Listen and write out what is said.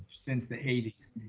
since the eighties,